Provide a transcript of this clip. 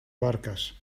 barcas